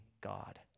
God